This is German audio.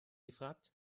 gefragt